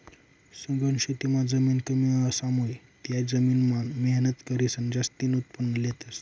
सघन शेतीमां जमीन कमी असामुये त्या जमीन मान मेहनत करीसन जास्तीन उत्पन्न लेतस